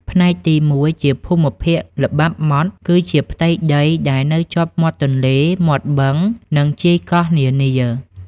ផ្នែកទី ១ ជាភូមិភាគល្បាប់ម៉ត់ គឺជាផ្ទៃដីដែលនៅជាប់មាត់ទន្លេ មាត់បឹង និងជាយកោះនានា។